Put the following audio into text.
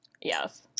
Yes